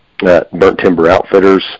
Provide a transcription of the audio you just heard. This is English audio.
burnttimberoutfitters